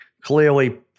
Clearly